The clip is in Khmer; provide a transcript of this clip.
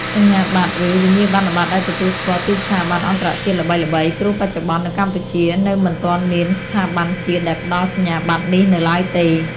សញ្ញាបត្រ ឬ វិញ្ញាបនបត្រដែលទទួលស្គាល់ពីស្ថាប័នអន្តរជាតិល្បីៗ ព្រោះបច្ចុប្បន្ននៅកម្ពុជានៅមិនទាន់មានស្ថាប័នជាតិដែលផ្ដល់សញ្ញាបត្រនេះនៅឡើយទេ។